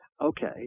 Okay